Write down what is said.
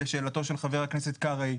לשאלתו של חבר הכנסת קרעי.